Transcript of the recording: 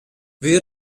wer